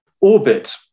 orbit